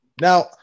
now